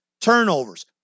Turnovers